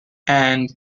and